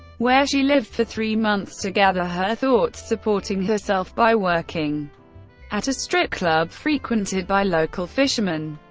where she lived for three months to gather her thoughts, supporting herself by working at a strip club frequented by local fishermen.